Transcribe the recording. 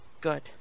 Good